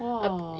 !wah!